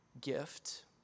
gift